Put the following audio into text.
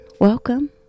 Welcome